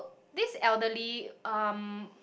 this elderly um